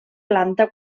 planta